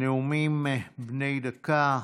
נאומים בני דקה.